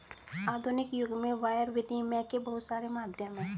आधुनिक युग में वायर विनियम के बहुत सारे माध्यम हैं